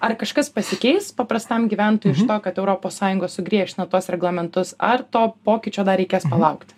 ar kažkas pasikeis paprastam gyventojui iš to kad europos sąjunga sugriežtino tuos reglamentus ar to pokyčio dar reikės palaukti